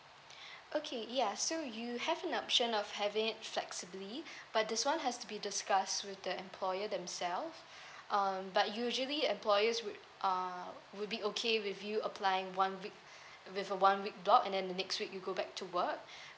okay ya so you have an option of having it flexibly but this one has to be discussed with the employer themselves um but usually employers would uh would be okay with you applying one week with a one week dot and then the next week you go back to work